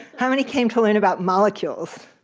how many came to learn about molecules?